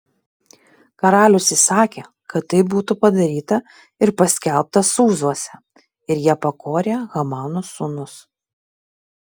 karalius įsakė kad tai būtų padaryta ir paskelbta sūzuose ir jie pakorė hamano sūnus